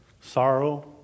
Sorrow